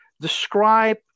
describe